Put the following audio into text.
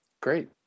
Great